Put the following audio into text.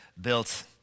built